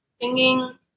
singing